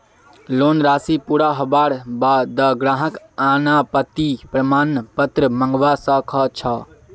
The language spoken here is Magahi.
लोन राशि पूरा हबार बा द ग्राहक अनापत्ति प्रमाण पत्र मंगवा स ख छ